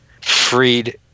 freed